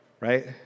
right